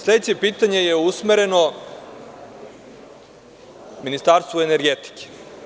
Sledeće pitanje je usmereno Ministarstvu energetike.